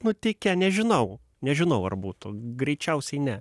nutikę nežinau nežinau ar būtų greičiausiai ne